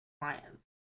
clients